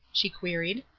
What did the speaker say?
she queried.